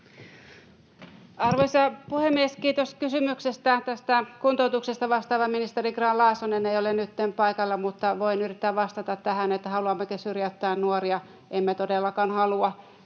Arvoisa puhemies! Kiitos kysymyksestä. Kuntoutuksesta vastaava ministeri Grahn-Laasonen ei ole nytten paikalla, mutta voin yrittää vastata tähän, haluammeko syrjäyttää nuoria. Emme todellakaan halua.